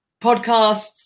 podcasts